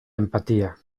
empatía